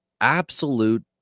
absolute